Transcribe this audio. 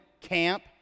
camp